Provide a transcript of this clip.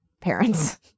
parents